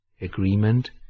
agreement